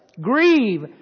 Grieve